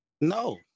No